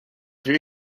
their